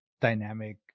dynamic